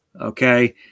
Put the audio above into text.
Okay